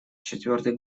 четвёртый